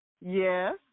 Yes